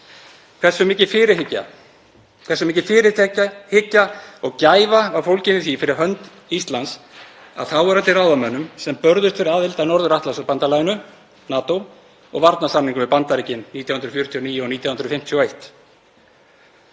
hversu mikil fyrirhyggja og gæfa var fólgin í því fyrir hönd Íslands að þáverandi ráðamenn börðust fyrir aðild að Norður-Atlantshafsbandalaginu, NATO, og varnarsamningi við Bandaríkin 1949 og 1951.